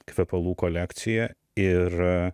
kvepalų kolekciją ir